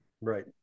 Right